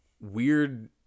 weird